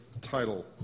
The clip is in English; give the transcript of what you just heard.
title